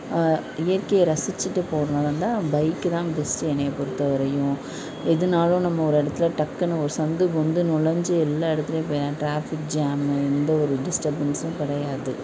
இயற்கையை ரசிச்சிட்டு போகிறதா இருந்தால் பைக்கு தான் பெஸ்ட்டு என்னையே பொறுத்த வரையும் எதுனாலும் நம்ம ஒரு இடத்துல டக்குன்னு ஒரு சந்து பொந்து நுலஞ்சி எல்லா இடத்துலயும் போய் ட்ராபிக் ஜாம்மு எந்த ஒரு டிஸ்டபென்ஸும் கிடையாது